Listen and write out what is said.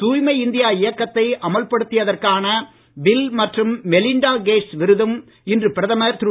தூய்மை இந்தியா இயக்கத்தை அமல்படுத்தியதற்கான பில் மற்றும் மெலிண்டா கேட்ஸ் விருதும் இன்று பிரதமர் திரு